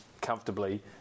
comfortably